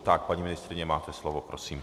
Tak, paní ministryně, máte slovo, prosím.